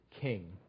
king